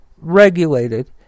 regulated